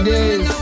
Days